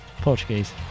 Portuguese